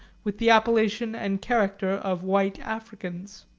with the appellation and character of white africans.